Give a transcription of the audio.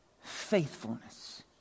Faithfulness